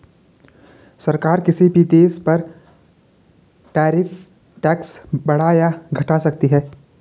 सरकार किसी भी देश पर टैरिफ टैक्स बढ़ा या घटा सकती है